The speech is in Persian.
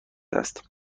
است